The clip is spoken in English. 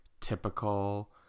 typical